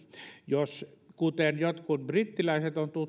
kuten jotkut brittiläiset